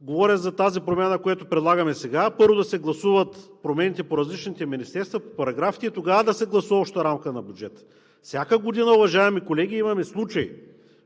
Говоря за тази промяна, която предлагаме сега, първо да се гласуват промените по различните министерства, по параграфите и тогава да се гласува общата рамка на бюджета. Всяка година, уважаеми колеги, имаме случай,